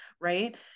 right